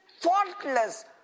faultless